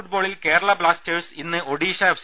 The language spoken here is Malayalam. ഫുട്ബോളിൽ കേരള ബ്ലാസ്റ്റേഴ്സ് ഇന്ന് ഒഡീഷ എഫ്